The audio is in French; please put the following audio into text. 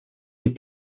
des